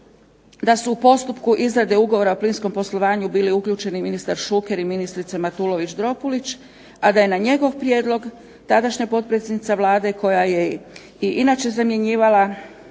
da su u postupku izrade Ugovora o plinskom poslovanju bili uključeni ministar Šuker i ministrica Matulović-Dropulić, a da je na njegov prijedlog tadašnja potpredsjednica Vlade koja ga je i inače zamjenjivala,